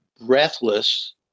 breathless